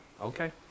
okay